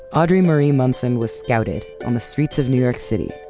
audrey marie munson was scouted on the streets of new york city,